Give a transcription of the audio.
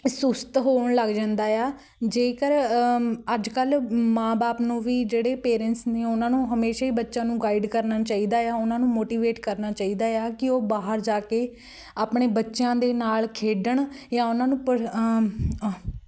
ਸੁਸਤ ਹੋਣ ਲੱਗ ਜਾਂਦਾ ਹੈ ਜੇਕਰ ਅੱਜਕੱਲ੍ਹ ਮਾਂ ਬਾਪ ਨੂੰ ਵੀ ਜਿਹੜੇ ਪੇਰੈਂਟਸ ਨੇ ਉਹਨਾਂ ਨੂੰ ਹਮੇਸ਼ਾ ਹੀ ਬੱਚਿਆਂ ਨੂੰ ਗਾਈਡ ਕਰਨਾ ਚਾਹੀਦਾ ਹੈ ਉਹਨਾਂ ਨੂੰ ਮੋਟੀਵੇਟ ਕਰਨਾ ਚਾਹੀਦਾ ਹੈ ਕੀ ਉਹ ਬਾਹਰ ਜਾ ਕੇ ਆਪਣੇ ਬੱਚਿਆਂ ਦੇ ਨਾਲ ਖੇਡਣ ਜਾਂ ਉਹਨਾਂ ਨੂੰ ਪ